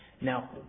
Now